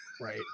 Right